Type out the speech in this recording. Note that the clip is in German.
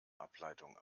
ableitung